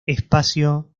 espacio